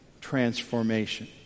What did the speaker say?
transformation